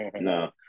No